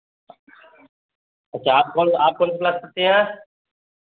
अच्छा आप कौन आप कौन सी क्लास पढ़ती हैं